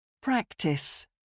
Practice